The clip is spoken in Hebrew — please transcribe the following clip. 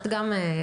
את גם התפרצת.